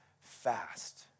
fast